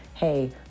hey